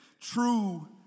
true